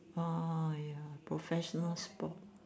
ah ya professional sport